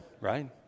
right